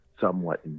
somewhat